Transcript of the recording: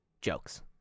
jokes